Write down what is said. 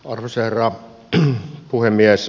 arvoisa herra puhemies